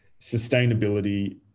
sustainability